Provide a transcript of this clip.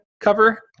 cover